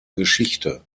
geschichte